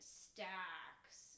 stacks